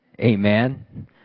Amen